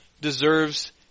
deserves